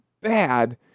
bad